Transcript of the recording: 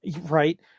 right